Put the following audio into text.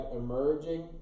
emerging